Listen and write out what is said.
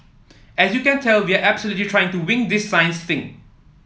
as you can tell we are absolutely trying to wing this science thing